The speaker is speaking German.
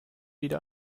wieder